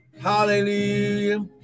Hallelujah